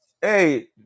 Hey